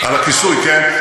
על הכיסוי, כן?